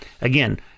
Again